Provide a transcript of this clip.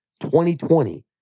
2020